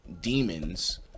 demons